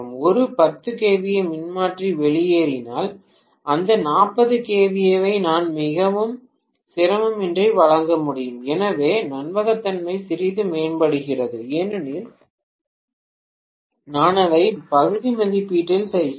ஒரு 10 kVA மின்மாற்றி வெளியேறினால் அந்த 40 kVA ஐ நான் மிகவும் சிரமமின்றி வழங்க முடியும் எனவே நம்பகத்தன்மை சிறிது மேம்படுகிறது ஏனெனில் நான் அதை பகுதி மதிப்பீடுகளில் செய்கிறேன்